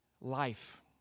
life